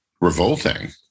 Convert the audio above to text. revolting